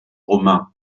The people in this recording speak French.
romain